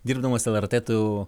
dirbdamas lrt tu